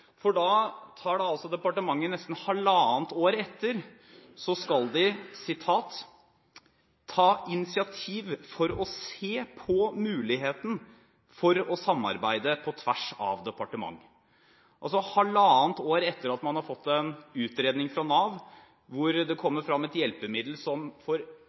Da skal departementet, nesten halvannet år etter, ta «et initiativ for å se på muligheten til å samarbeide på tvers av departement». – Altså halvannet år etter at man har fått en utredning fra Nav, hvor det kommer fram et hjelpemiddel som for